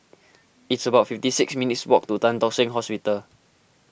it's about fifty six minutes' walk to Tan Tock Seng Hospital